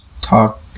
talk